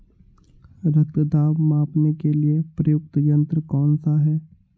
रक्त दाब मापने के लिए प्रयुक्त यंत्र कौन सा है?